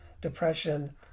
depression